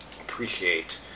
appreciate